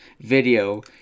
video